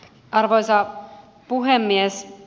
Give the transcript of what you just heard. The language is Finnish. arvoisa puhemies